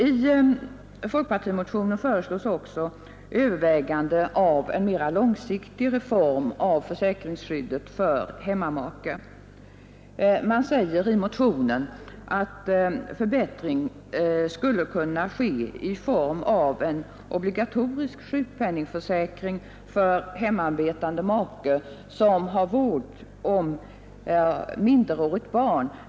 I folkpartimotionen föreslås också att man överväger en mer långsiktig reform av försäkringsskyddet för hemmamake. Motionärerna säger att en förbättring skulle kunna ske i form av en obligatorisk sjukpenningförsäkring för hemarbetande make som har vård av minderårigt barn.